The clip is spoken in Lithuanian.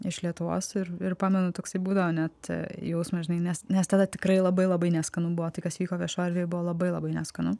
iš lietuvos ir ir pamenu toksai būdavo net jausmas žinai nes nes tada tikrai labai labai neskanu buvo tai kas vyko viešoj erdvėj buvo labai labai neskanu